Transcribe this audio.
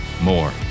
more